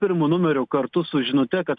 pirmu numeriu kartu su žinute kad